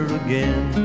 again